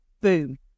Boom